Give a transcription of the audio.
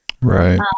right